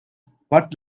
but